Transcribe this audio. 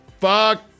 Fuck